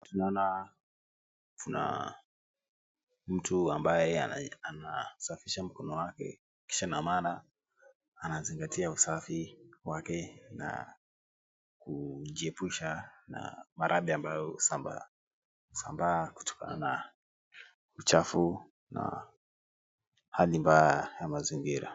Tunaona kunaa mtu ambaye anaye, anasafisha mkono wake, kisha na maana anazingatia usafi wake na kujiepusha na maradhi ambayo husambaa husambaa kutokana na uchafu na hali mbaya ya mazingira.